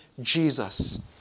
Jesus